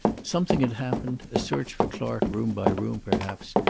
something had happened, a search for clark room by room perhaps,